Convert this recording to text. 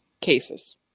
cases